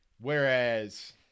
Whereas